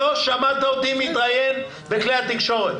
שמעת אותי מתראיין בכלי התקשורת.